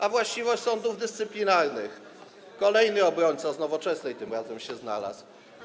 A właściwość sądów dyscyplinarnych - kolejny obrońca, z Nowoczesnej tym razem, się znalazł.